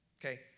okay